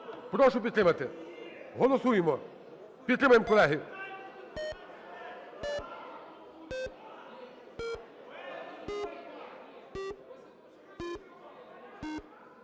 Прошу підтримати. Голосуємо. Підтримуємо, колеги.